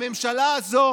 הממשלה הזאת